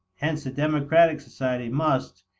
hence a democratic society must,